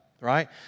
Right